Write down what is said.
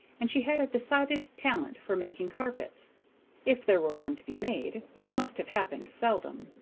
and she had a decided talent for making carpets if there were one to be made, which must have happened seldom.